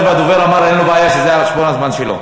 והדובר אמר שאין לו בעיה שזה על חשבון הזמן שלו.